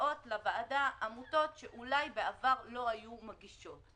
שמגיעות לוועדה עמותות שאולי בעבר לא היו מגישות.